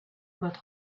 but